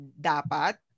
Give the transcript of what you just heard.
dapat